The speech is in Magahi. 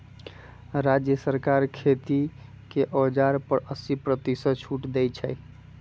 राज्य सरकार खेती के औजार पर अस्सी परतिशत छुट देई छई